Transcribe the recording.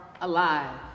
alive